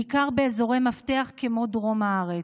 בעיקר באזורי מפתח כמו דרום הארץ.